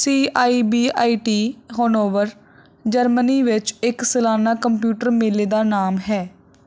C I B I T Hanover Germany ਵਿੱਚ ਇੱਕ ਸਾਲਾਨਾ ਕੰਪਿਊਟਰ ਮੇਲੇ ਦਾ ਨਾਮ ਹੈ